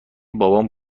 بابام